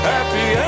Happy